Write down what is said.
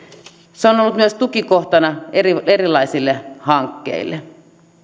se on ollut myös tukikohtana erilaisille hankkeille